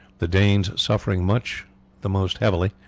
the danes suffering much the most heavily,